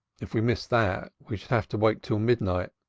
if we missed that, we should have to wait till midnight.